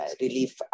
relief